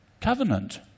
covenant